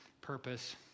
purpose